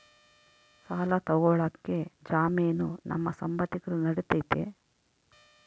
ಸಾಲ ತೊಗೋಳಕ್ಕೆ ಜಾಮೇನು ನಮ್ಮ ಸಂಬಂಧಿಕರು ನಡಿತೈತಿ?